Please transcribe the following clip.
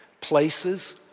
places